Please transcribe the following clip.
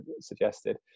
suggested